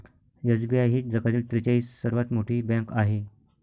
SBI ही जगातील त्रेचाळीस सर्वात मोठी बँक आहे